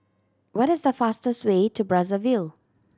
what is the fastest way to Brazzaville